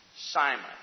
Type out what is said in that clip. Simon